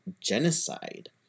genocide